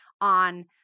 on